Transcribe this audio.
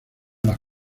las